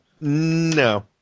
No